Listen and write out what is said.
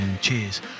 Cheers